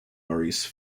maurice